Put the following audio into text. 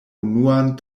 unuan